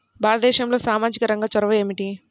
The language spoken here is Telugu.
భారతదేశంలో సామాజిక రంగ చొరవ ఏమిటి?